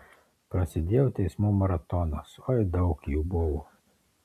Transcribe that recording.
prasidėjo teismų maratonas oi daug jų buvo